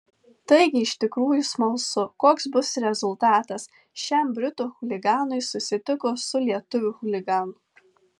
taigi iš tikrųjų smalsu koks bus rezultatas šiam britų chuliganui susitikus su lietuvių chuliganu